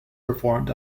performed